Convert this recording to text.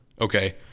Okay